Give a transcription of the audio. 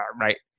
Right